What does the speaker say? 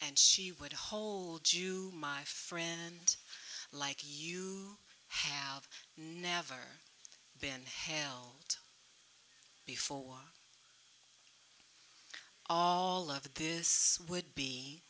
and she would hold you my friend like you have never been held before all of this would be